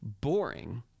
Boring